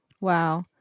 wow